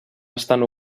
estan